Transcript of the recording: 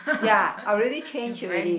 ya I already change already